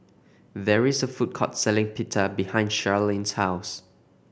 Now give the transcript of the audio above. there is a food court selling Pita behind Sharlene's house